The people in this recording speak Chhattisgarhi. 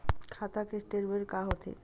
खाता के स्टेटमेंट का होथे?